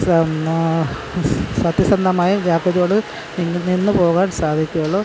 സത്യസന്ധമായി നിന്ന് നിന്ന് പോവാന് സാധിക്കുകയുള്ളൂ